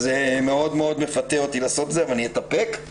מאוד מאוד מפתה אותי לעשות את זה, אבל אני אתאפק.